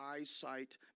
eyesight